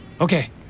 Okay